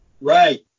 Right